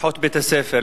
אחות בית-הספר,